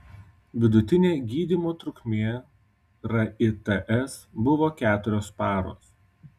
vidutinė gydymo trukmė rits buvo keturios paros